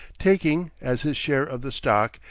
taking, as his share of the stock,